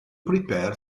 prepared